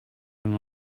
wenn